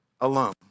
alone